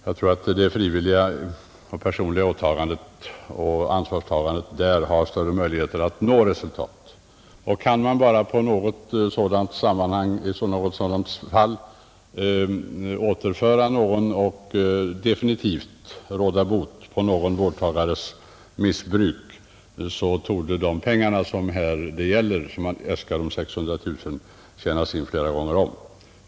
Jag tror att det frivilliga och personliga ansvarstagandet där har större möjligheter att nå resultat. Kan man bara i något sådant fall definitivt råda bot på någon vårdtagares missbruk, så torde de pengar som här äskas — 600 000 kronor — tjänas in flera gånger om.